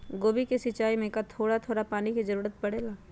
गोभी के सिचाई में का थोड़ा थोड़ा पानी के जरूरत परे ला?